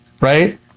right